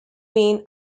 wayne